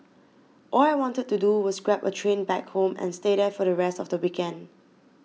all I wanted to do was grab a train back home and stay there for the rest of the weekend